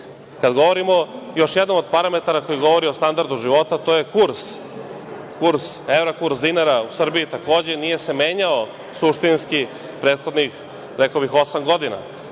govorimo o još jednom od parametara koji govori o standardu života, to je kurs. Kurs evra, kurs dinara u Srbiji, takođe, nije se menjao suštinski prethodnih, rekao bih, osam godina.